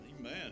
Amen